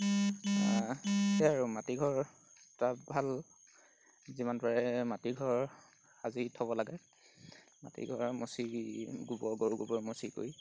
সেয়াই আৰু মাটি ঘৰ তাত ভাল যিমান পাৰে মাটি ঘৰ সাজি থ'ব লাগে মাটি ঘৰ মচি গোবৰ গৰু গোবৰে মচি কৰি